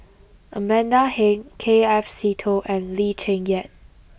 Amanda Heng K F Seetoh and Lee Cheng Yan